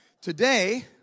Today